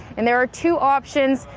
and there are two options.